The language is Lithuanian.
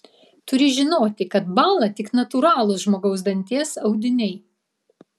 turi žinoti kad bąla tik natūralūs žmogaus danties audiniai